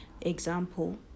example